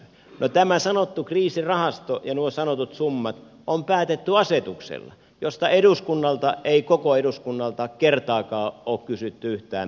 no tämä sanottu kriisirahasto ja nuo sanotut summat on päätetty asetuksella josta eduskunnalta ei koko eduskunnalta kertaakaan ole kysytty yhtään mitään